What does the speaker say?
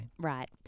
Right